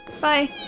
Bye